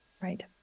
Right